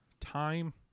Time